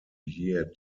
year